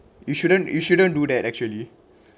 you shouldn't you shouldn't do that actually